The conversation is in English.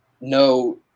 no